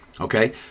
Okay